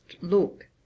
look